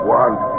one